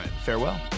farewell